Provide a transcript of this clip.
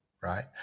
Right